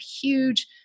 huge